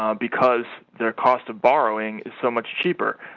um because their cost of borrowing so much cheaper